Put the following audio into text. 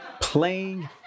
playing